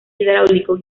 hidráulico